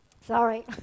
Sorry